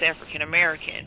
African-American